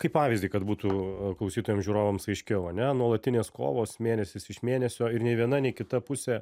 kaip pavyzdį kad būtų klausytojam žiūrovams aiškiau ane nuolatinės kovos mėnesis iš mėnesio ir nei viena nei kita pusė